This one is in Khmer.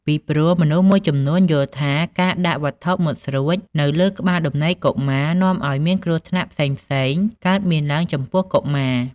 ពីព្រោះមនុស្សមួយចំនួនយល់ថាការដាក់វត្ថុមុតស្រួចនៅលើក្បាលដំណេកកុមារនាំឲ្យមានគ្រោះថ្នាក់ផ្សេងៗកើតមានឡើងចំពោះកុមារ។